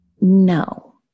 no